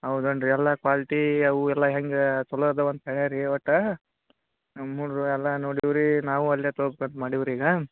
ಹೌದೇನ್ ರೀ ಎಲ್ಲ ಕ್ವಾಲ್ಟಿ ಅವು ಎಲ್ಲ ಹೆಂಗೆ ಚಲೋ ಅದಾವ ಅಂತ ಹೇಳ ರೀ ಒಟ್ಟು ನಮ್ಮ ಹುಡ್ಗ್ರ್ ಎಲ್ಲ ನೋಡೀವಿ ರೀ ನಾವು ಅಲ್ಲೇ ತೊಗ್ಬೇಕು ಮಾಡೀವಿ ರೀ ಈಗ